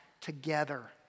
together